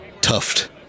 tuft